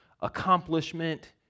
accomplishment